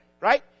Right